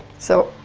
so